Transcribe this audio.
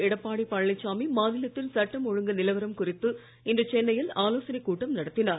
எடப்பாடி பழனிச்சாமி மாநிலத்தின் சட்டம் ஒழுங்கு நிலவரம் குறித்து இன்று சென்னையில் ஆலோசனை கூட்டம் நடத்தினார்